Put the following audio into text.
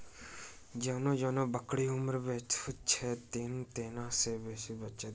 जेना जेना बकरीक उम्र बढ़ैत छै, तेना तेना बेसी बच्चा दैत छै